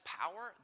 power